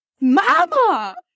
Mama